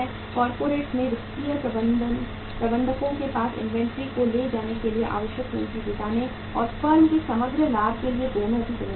corporates में वित्तीय प्रबंधकों के पास इन्वेंट्री को ले जाने के लिए आवश्यक पूंजी जुटाने और फर्म के समग्र लाभ के लिए दोनों की जिम्मेदारी है